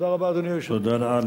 אדוני היושב-ראש, תודה רבה.